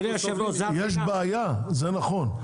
יש בעיה, זה נכון.